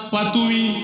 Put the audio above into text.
Patui